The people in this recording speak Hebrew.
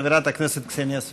חברת הכנסת קסניה סבטלובה.